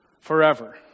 forever